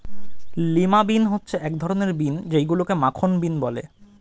lima bean হচ্ছে এক ধরনের বিন যেইগুলোকে মাখন বিন বলে